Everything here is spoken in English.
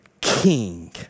king